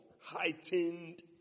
heightened